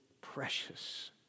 precious